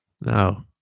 No